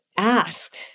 Ask